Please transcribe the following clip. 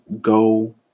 go